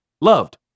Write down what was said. loved